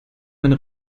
meine